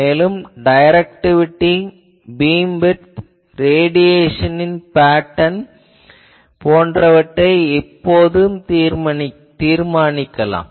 மேலும் நாம் directivity beamwidth radiation பாங்கு போன்றவற்றை எப்பொழுதும் தீர்மானிக்கலாம்